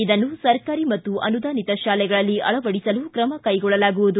ಇದನ್ನು ಸರ್ಕಾರಿ ಮತ್ತು ಅನುದಾನಿತ ಶಾಲೆಗಳಲ್ಲಿ ಅಳವಡಿಸಲು ತ್ರಮ ಕೈಗೊಳ್ಳಲಾಗುವುದು